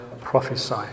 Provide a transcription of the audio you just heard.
prophesy